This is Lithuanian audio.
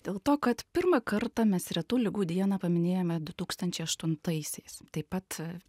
dėl to kad pirmą kartą mes retų ligų dieną paminėjome du tūkstančiai aštuntaisiais taip pat